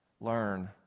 learn